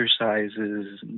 exercises